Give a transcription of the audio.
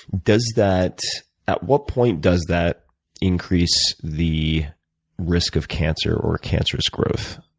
does that at what point does that increase the risk of cancer or cancerous growth?